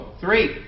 three